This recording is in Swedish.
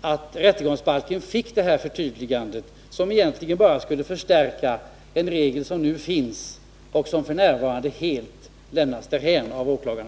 att rättegångsbalken får det här förtydligandet, som egentligen bara skulle förstärka den regel som finns men som för närvarande helt lämnas därhän av åklagarna.